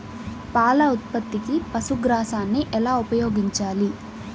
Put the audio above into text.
పాల ఉత్పత్తికి పశుగ్రాసాన్ని ఎలా ఉపయోగించాలి?